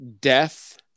death